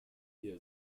olivia